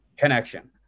connection